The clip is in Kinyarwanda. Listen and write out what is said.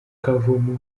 kavumu